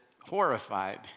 horrified